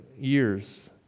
years